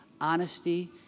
honesty